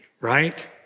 right